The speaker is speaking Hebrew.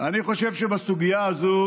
אני חושב שבסוגיה הזאת